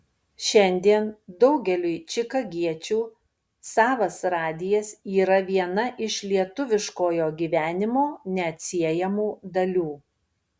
šiandien daugeliui čikagiečių savas radijas yra viena iš lietuviškojo gyvenimo neatsiejamų dalių